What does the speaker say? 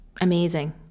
Amazing